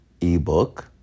ebook